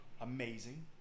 amazing